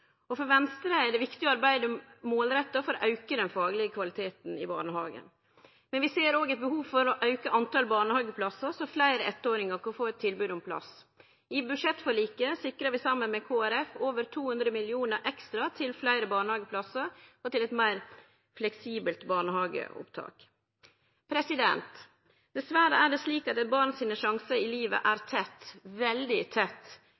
høg. For Venstre er det viktig å arbeide målretta for å auke den faglege kvaliteten i barnehagen, men vi ser òg eit behov for å auke talet på barnehageplassar, slik at fleire eittåringar kan få eit tilbod om plass. I budsjettforliket sikrar vi saman med Kristeleg Folkeparti over 200 mill. kr ekstra til fleire barnehageplassar og til eit meir fleksibelt barnehageopptak. Dessverre er det slik at eit barns sjansar i livet er veldig tett